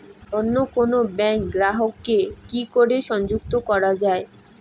অন্য কোনো ব্যাংক গ্রাহক কে কি করে সংযুক্ত করা য়ায়?